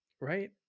right